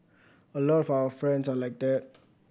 a lot of our friends are like that